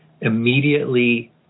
immediately